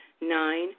Nine